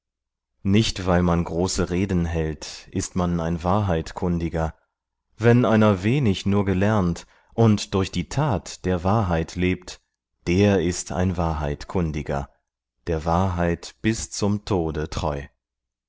nicht weil man große reden hält ist man ein wahrheitkundiger wenn einer wenig nur gelernt und durch die tat der wahrheit lebt der ist ein wahrheitkundiger der wahrheit bis zum tode treu